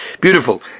Beautiful